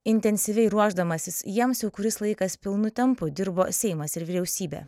intensyviai ruošdamasis jiems jau kuris laikas pilnu tempu dirbo seimas ir vyriausybė